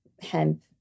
hemp